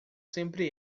sempre